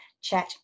Chat